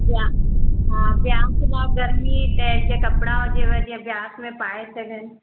विया हा व्यास लाइ गर्मी टाइप जा कपिड़ा हुजेव जीअं व्यास में पाइ सघनि